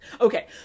okay